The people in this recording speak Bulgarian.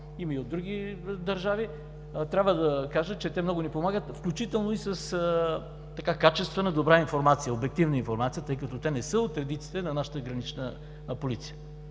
Има и от други държави. Трябва да кажа, че те много ни помагат, включително и с качествена, добра информация, обективна информация, тъй като те не са от редиците на нашата Гранична полиция.